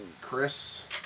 Chris